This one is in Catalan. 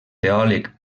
teòleg